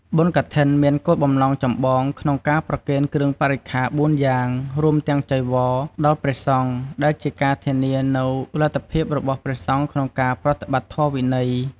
បុណ្យកឋិនមានគោលបំណងចម្បងក្នុងការប្រគេនគ្រឿងបរិក្ខារបួនយ៉ាង រួមទាំងចីវរ ដល់ព្រះសង្ឃ ដែលជាការធានានូវលទ្ធភាពរបស់ព្រះសង្ឃក្នុងការប្រតិបត្តិធម៌វិន័យ។